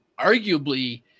arguably